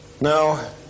Now